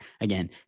Again